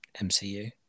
MCU